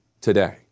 today